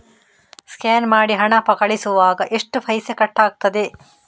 Scan ಮಾಡಿ ಹಣ ಕಳಿಸುವಾಗ ಎಷ್ಟು ಪೈಸೆ ಕಟ್ಟಾಗ್ತದೆ?